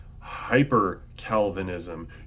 hyper-Calvinism